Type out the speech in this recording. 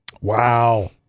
Wow